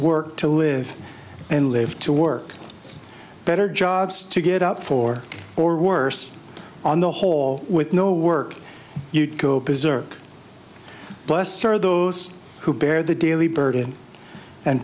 work to live and live to work better jobs to get up for or worse on the whole with no work you'd go preserve buster those who bear the daily burden and